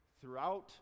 Throughout